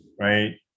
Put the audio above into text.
right